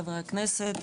חברי הכנסת,